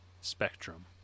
spectrum